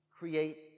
create